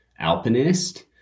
alpinist